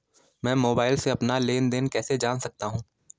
मैं मोबाइल से अपना लेन लेन देन कैसे जान सकता हूँ?